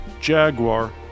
Jaguar